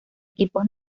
equipos